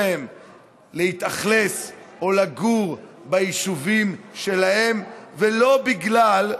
להתאכלס או לגור ביישובים שלהם ולא בגלל,